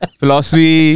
philosophy